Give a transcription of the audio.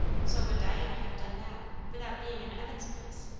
so would diana have done now, without being in evan's place,